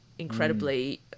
incredibly